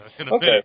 okay